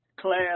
class